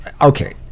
Okay